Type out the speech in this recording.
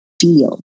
feel